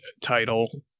title